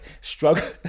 Struggle